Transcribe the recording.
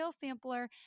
Sampler